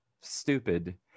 stupid